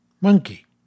Monkey